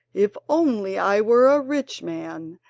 if only i were a rich man,